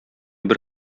бер